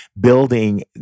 building